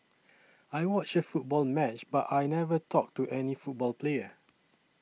I watched a football match but I never talked to any football player